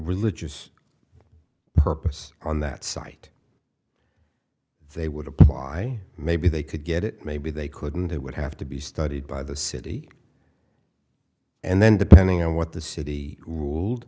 religious purpose on that site they would apply maybe they could get it maybe they couldn't it would have to be studied by the city and then depending on what the city ruled